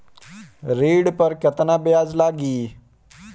ऋण पर केतना ब्याज लगी?